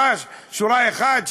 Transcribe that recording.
שורה אחת?